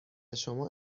شما